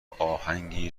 اهنگی